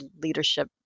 leadership